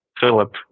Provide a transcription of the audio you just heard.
Philip